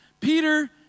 Peter